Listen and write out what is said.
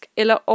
eller